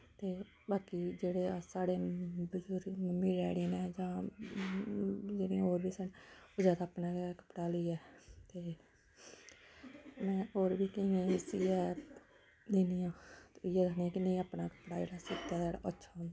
बाकी जेह्ड़े साढ़े बजुर्ग मम्मी डैडी न जां जेह्ड़े होर बी न ओह् जादै अपना गै कपड़ा लेइयै ते होर बी केइयें गी सियै दिन्नी आं इ'यै आखनी आं कि अपना कपड़ा जेह्ड़ा सीते दा ओह् अच्छा होंदा ऐ